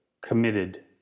committed